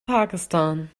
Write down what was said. pakistan